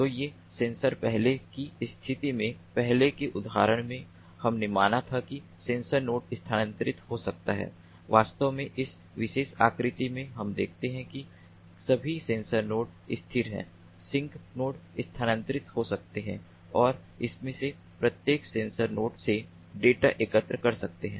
तो ये सेंसर पहले की स्थिति में पहले के उदाहरण में हमने माना था कि सेंसर नोड स्थानांतरित हो सकता है वास्तव में इस विशेष आकृति में हम दिखाते हैं कि सभी सेंसर नोड स्थिर हैं सिंक नोड स्थानांतरित हो सकते हैं और इनमें से प्रत्येक सेंसर नोड से डेटा एकत्र कर सकते हैं